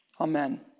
Amen